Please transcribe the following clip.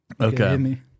Okay